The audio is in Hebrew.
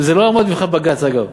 זה לא יעמוד במבחן בג"ץ, אגב.